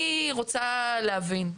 אני רוצה להבין,